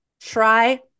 Try